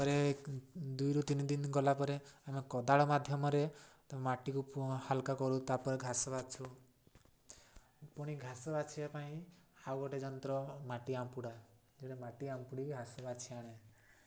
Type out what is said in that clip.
ଦୁଇରୁ ତିନି ଦିନ ଗଲା ପରେ ଆମେ କୋଦାଳ ମାଧ୍ୟମରେ ମାଟିକୁ ହାଲ୍କା କରୁ ତା'ପରେ ଘାସ ବାଛୁ ପୁଣି ଘାସ ବାଛିବା ପାଇଁ ଆଉ ଗୋଟେ ଯନ୍ତ୍ର ମାଟି ଆମ୍ପୁଡ଼ା ଯେଉଁଟା ମାଟି ଆମ୍ପୁଡ଼ି ଘାସ ବାଛି ଆଣେ